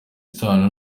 isano